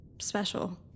special